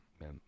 man